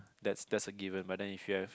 that that's a given but then if you have